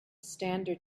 standard